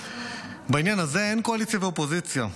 בעניין הזה אין קואליציה ואופוזיציה.